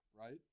right